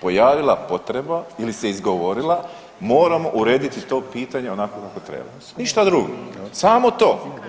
pojavila potreba ili se izgovorila moramo urediti to pitanje onako kako treba, ništa drugo, samo to.